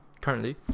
currently